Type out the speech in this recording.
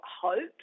hope